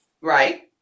Right